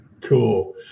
Cool